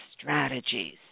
strategies